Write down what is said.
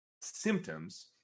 symptoms